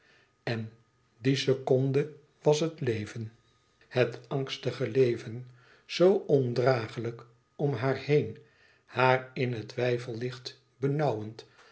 en die seconde was het leven het angstige leven zoo ondragelijk om haar heen haar in het weifellicht benauwend